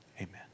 Amen